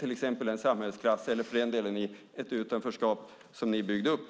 till exempel en samhällsklass eller för den delen i ett utanförskap som ni byggde upp.